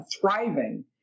thriving